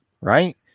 right